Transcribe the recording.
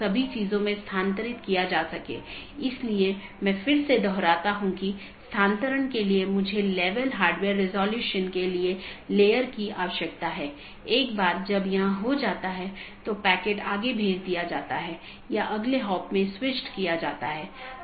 धीरे धीरे हम अन्य परतों को देखेंगे जैसे कि हम ऊपर से नीचे का दृष्टिकोण का अनुसरण कर रहे हैं